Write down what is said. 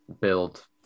build